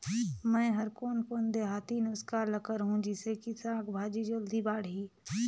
मै हर कोन कोन देहाती नुस्खा ल करहूं? जिसे कि साक भाजी जल्दी बाड़ही?